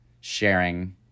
sharing